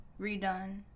redone